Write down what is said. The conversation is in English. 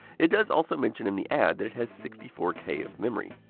it does also mention in the ad that it has sixty four k of memory.